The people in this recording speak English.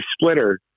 splitter